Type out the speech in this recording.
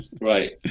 Right